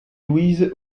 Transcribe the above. louise